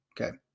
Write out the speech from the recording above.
Okay